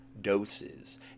doses